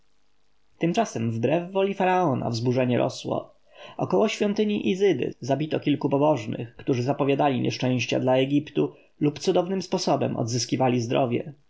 tymczasem wbrew woli faraona wzburzenie rosło około świątyni izydy zabito kilku pobożnych którzy zapowiadali nieszczęścia dla egiptu lub cudownym sposobem odzyskali zdrowie